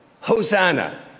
Hosanna